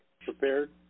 prepared